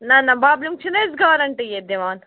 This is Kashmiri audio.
نہَ نہَ ببلِم چھِنہٕ أسۍ گارَنٹی ییٚتہِ دِوان